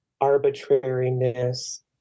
arbitrariness